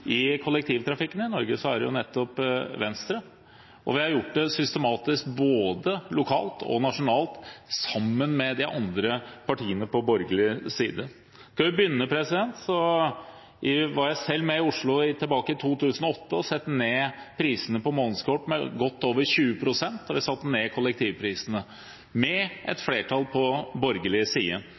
i kollektivtrafikken i Norge, er det nettopp Venstre. Vi har gjort det systematisk, både lokalt og nasjonalt, sammen med de andre partiene på borgerlig side. Jeg kan begynne med å nevne at jeg selv var med på å sette ned prisene på månedskort med godt over 20 pst. i Oslo tilbake i 2008. Vi satte ned kollektivprisene – med et flertall på borgerlig side.